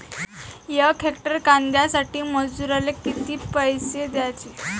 यक हेक्टर कांद्यासाठी मजूराले किती पैसे द्याचे?